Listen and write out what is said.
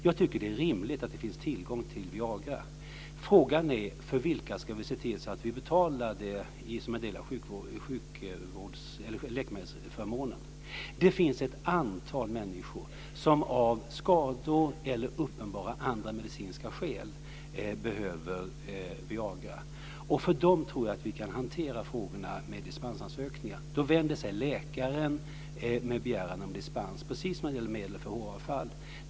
Jag tycker att det är rimligt att det finns tillgång till Viagra men frågan är för vilka vi ska se till att vi betalar det som en del av läkemedelsförmånen. Det finns ett antal människor som till följd av skador eller som av uppenbara andra medicinska skäl behöver Viagra. Vad gäller dessa tror jag att vi kan hantera frågorna med dispensansökningar. Läkaren begär då dispens, precis som när det gäller medel för håravfall.